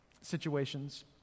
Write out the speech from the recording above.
situations